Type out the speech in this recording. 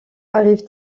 arrive